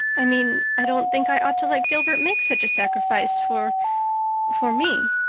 i mean i don't think i ought to let gilbert make such a sacrifice for for me.